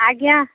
ଆଜ୍ଞା